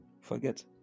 forget